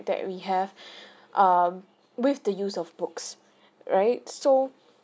that we have um with the use of books right so